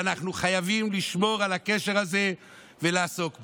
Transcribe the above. ואנחנו חייבים לשמור על הקשר הזה ולעסוק בו.